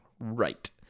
Right